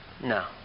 No